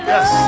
Yes